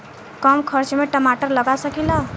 कम खर्च में टमाटर लगा सकीला?